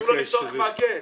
אסור לו לפתוח מעקה.